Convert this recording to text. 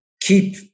keep